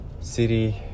city